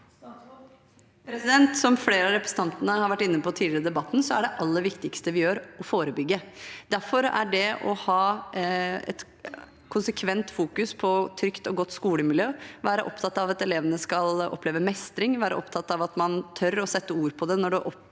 Som flere av re- presentantene har vært inne på tidligere i debatten, er det aller viktigste vi gjør, å forebygge. Derfor er det å fokusere konsekvent på å ha et trygt og godt skolemiljø, være opptatt av at elevene skal oppleve mestring, tørre å sette ord på det når det oppstår